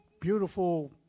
beautiful